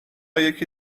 یکی